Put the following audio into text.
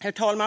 Herr talman!